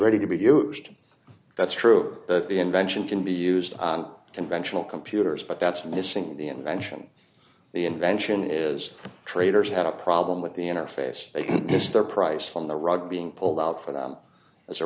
used that's true that the invention can be used on conventional computers but that's missing the invention the invention is traders had a problem with the interface they missed their price from the rug being pulled out for them as a